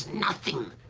nothing.